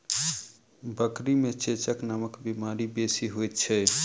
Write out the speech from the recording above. बकरी मे चेचक नामक बीमारी बेसी होइत छै